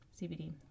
CBD